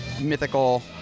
mythical